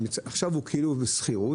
עכשיו הוא כאילו בשכירות,